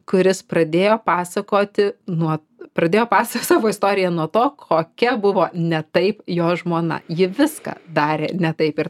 kuris pradėjo pasakoti nuo pradėjo pasakot savo istoriją nuo to kokia buvo ne taip jo žmona ji viską darė ne taip ir